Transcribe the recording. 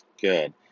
good